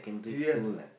yes